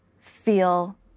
feel